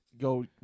Go